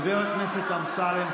חבר הכנסת אמסלם,